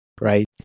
right